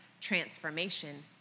transformation